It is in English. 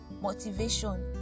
motivation